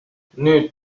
nüüd